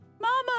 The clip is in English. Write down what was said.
Mama